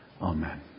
Amen